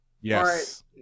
Yes